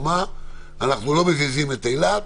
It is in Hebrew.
אנחנו לא מזיזים את אילת,